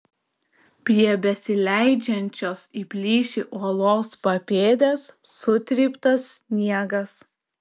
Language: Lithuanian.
prie besileidžiančios į plyšį uolos papėdės sutryptas sniegas